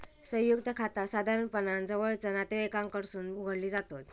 संयुक्त खाता साधारणपणान जवळचा नातेवाईकांकडसून उघडली जातत